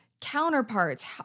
counterparts